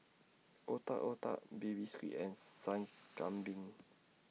Otak Otak Baby Squid and Sup Kambing